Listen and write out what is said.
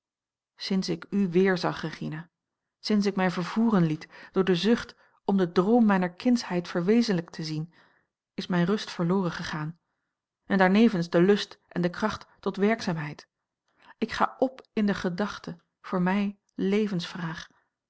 sinds ik u weerzag regina sinds ik mij vervoeren liet door de zucht om den droom mijner kindsheid verwezenlijkt te zien is mijne rust verloren gegaan en daarnevens de lust en de kracht tot werkzaamheid ik ga op in de gedachte voor mij levensvraag